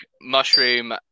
mushroom